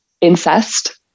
incest